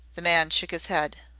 the man shook his head.